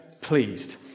pleased